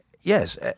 Yes